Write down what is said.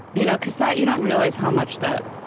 you know because that you don't realize how much that,